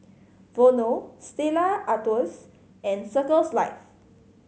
Vono Stella Artois and Circles Life